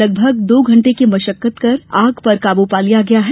लगभग दो घन्टे की मसक्कत कर आग पर काबू पा लिया गया है